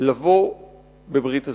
לבוא בברית הזוגיות.